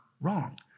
wrong